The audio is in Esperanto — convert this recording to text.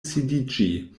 sidiĝi